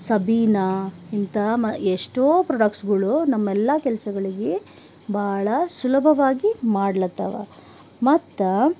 ಸಬೀನಾ ಇಂಥ ಮ ಎಷ್ಟೋ ಪ್ರೊಡಕ್ಟ್ಸ್ಗಳು ನಮ್ಮೆಲ್ಲ ಕೆಲಸಗಳಿಗೆ ಭಾಳ ಸುಲಭವಾಗಿ ಮಾಡ್ಲಾತ್ತವ ಮತ್ತು